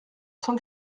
cent